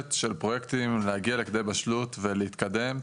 ביכולת של פרויקטים להגיע לכדי בשלות ולהתקדם,